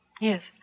Yes